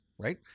right